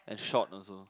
and short also